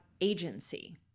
agency